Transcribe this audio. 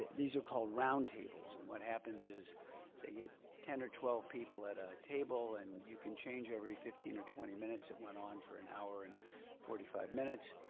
these are called round tables. and what happens is they get ten or twelve people at a table and you can change every fifteen or twenty minutes, it went on for an hour and forty five minutes.